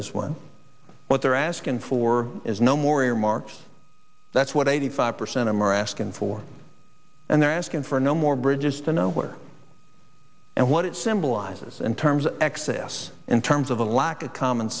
spend is one what they're asking for is no more earmarks that's what eighty five percent of them are asking for and they're asking for no more bridges to nowhere and what it symbolizes in terms of excess in terms of the lack of common